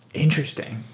interesting.